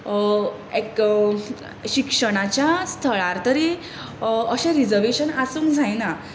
शिक्षणाच्या स्थळार तरी अशें रिझर्वेशन आसूंक जायना